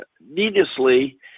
needlessly